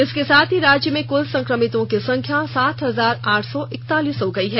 इसके साथ राज्य में कुल संक्रमितों की संख्या सात हजार आठ सौ इकतालीस हो गयी है